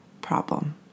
problem